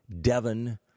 Devon